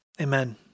Amen